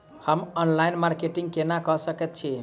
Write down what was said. हम online marketing केना कऽ सकैत छी?